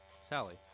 Sally